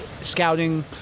scouting